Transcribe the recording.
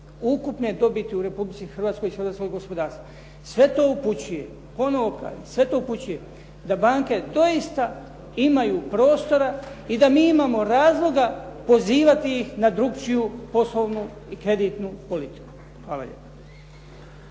ukupne dobiti u Republici Hrvatskoj …/Govornik se ne razumije./… gospodarstva. Sve to upućuje …/Govornik se ne razumije./…, sve to upućuje da banke doista imaju prostora i da mi imamo razloga pozivati ih na drugačiju poslovnu i kreditnu politiku. Hvala lijepa.